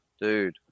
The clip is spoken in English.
Dude